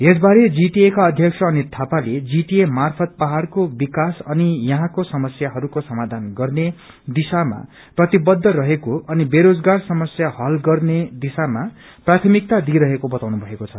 यसबारे जीटीए का अध्यक्ष अनित घापाले जीटीए मार्फत पहाड़को विकास अनि यहाँको समस्याहरूको समायान गर्ने दिशामा प्रतिबद्ध रहेको अनि बेरोजगार समस्या हल गर्ने दिशामा प्राथमिकता दिई रहेको बताउनु भएको छ